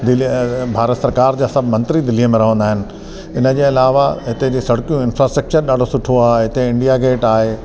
दिल्ली भारत सरकार जा सभु मंत्री दिल्लीअ में रहंदा आहिनि इनजे अलावा हिते जे सड़कियूं आहिनि इंफ्रास्ट्र्क्चर ॾाढो सुठो आहे हिते इंडिया गेट आहे